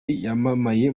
yamamaye